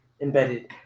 embedded